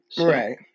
right